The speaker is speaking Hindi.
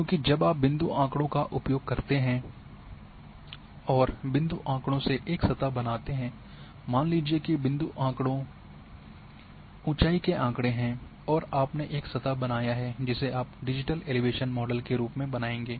क्योंकि जब आप बिंदु आँकड़ों का उपयोग करते हैं और बिंदु आँकड़ों से एक सतह बनाते हैं मान लीजिये कि बिंदु आँकड़ों ऊंचाई के आंकड़े हैं और आपने एक सतह बनाया है जिसे आप डिजिटल एलिवेशन मॉडल के रूप में बनाएंगे